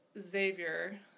Xavier